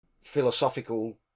philosophical